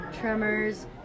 tremors